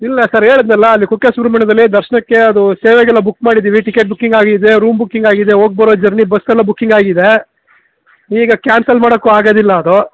ಇಲ್ಲ ಸರ್ ಏಳಿದ್ನಲ್ಲ ಅಲ್ಲಿ ಕುಕ್ಕೆ ಸುಬ್ರಹ್ಮಣ್ಯದಲ್ಲಿ ದರ್ಶ್ನಕ್ಕೆ ಅದೂ ಸೇವೆಗ್ ಎಲ್ಲ ಬುಕ್ ಮಾಡಿದ್ದಿವಿ ಟಿಕೆಟ್ ಬುಕ್ಕಿಂಗ್ ಆಗಿದೆ ರೂಮ್ ಬುಕ್ಕಿಂಗ್ ಆಗಿದೆ ಓಗ್ ಬರೊ ಜರ್ನಿ ಬಸ್ಸೆಲ ಬುಕ್ಕಿಂಗ್ ಆಗಿದೇ ಈಗ ಕ್ಯಾನ್ಸಲ್ ಮಾಡಕ್ಕು ಆಗದಿಲ್ಲ ಅದು